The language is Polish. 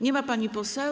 Nie ma pani poseł.